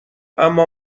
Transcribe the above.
اما